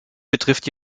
betrifft